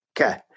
okay